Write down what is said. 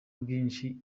bwinshi